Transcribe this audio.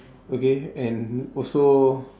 okay and also